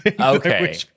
Okay